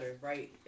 right